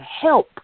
help